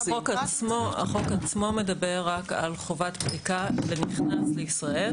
החוק עצמו מדבר רק על חובת בדיקה כשהאדם שב לישראל,